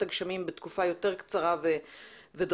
הגשמים לתקופה יותר קצרה ודרמטית.